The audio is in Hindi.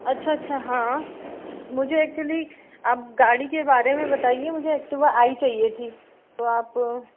अच्छा अच्छा हाँ मुझे एक्चुअली आप गाड़ी के बारे में बताइए मुझे एक्टिवा आई चाहिए थी तो आप